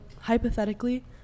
hypothetically